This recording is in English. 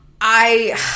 I-